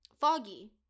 foggy